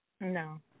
No